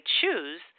choose